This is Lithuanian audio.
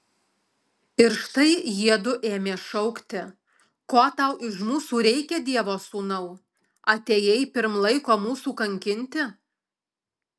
ir štai jiedu ėmė šaukti ko tau iš mūsų reikia dievo sūnau atėjai pirm laiko mūsų kankinti